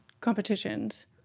competitions